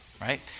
right